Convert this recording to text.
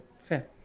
fair